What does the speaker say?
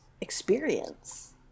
experience